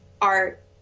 art